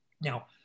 Now